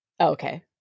Okay